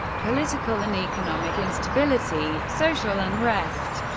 political and economic instability, social unrest,